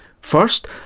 First